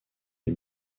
des